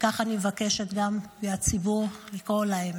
וכך אני מבקשת גם מהציבור לקרוא להן.